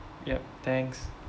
yup thanks